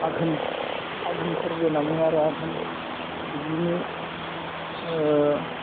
आघोन आघोन फोरबो होनना बुङो आरो आघोन दुब्लिनि